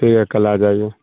ٹھیک ہے کل آ جائیے